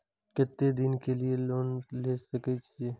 केते दिन के लिए लोन ले सके छिए?